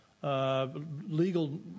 Legal